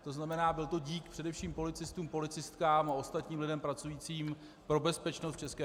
To znamená, byl to dík především policistům, policistkám a ostatním lidem pracujícím pro bezpečnost v ČR.